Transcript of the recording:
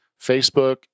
Facebook